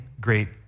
great